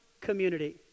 community